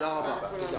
הישיבה נעולה.